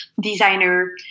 designer